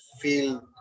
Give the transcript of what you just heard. feel